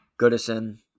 Goodison